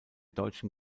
deutschen